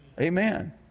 Amen